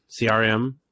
CRM